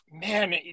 man